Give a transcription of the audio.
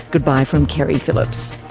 goodbye from keri phillips